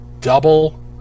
Double